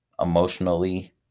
emotionally